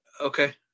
Okay